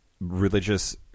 religious